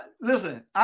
Listen